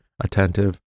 attentive